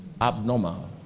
abnormal